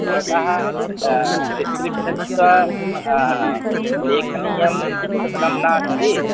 भवतः पितृभ्यः लेखनीयं पुस्तकं नास्ति